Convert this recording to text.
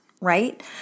right